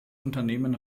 unternehmen